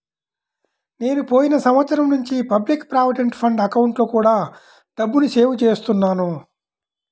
నేను పోయిన సంవత్సరం నుంచి పబ్లిక్ ప్రావిడెంట్ ఫండ్ అకౌంట్లో కూడా డబ్బుని సేవ్ చేస్తున్నాను